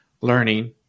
learning